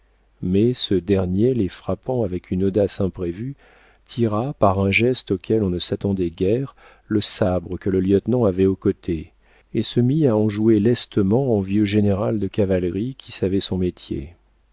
mais ce dernier les frappant avec une audace imprévue tira par un geste auquel on ne s'attendait guère le sabre que le lieutenant avait au côté et se mit à en jouer lestement en vieux général de cavalerie qui savait son métier